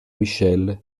michel